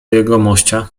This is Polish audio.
jegomościa